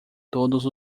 todos